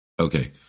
okay